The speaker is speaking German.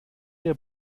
der